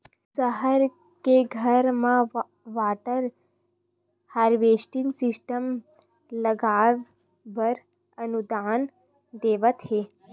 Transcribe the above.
सहर के घर म वाटर हारवेस्टिंग सिस्टम लगवाए बर अनुदान देवत हे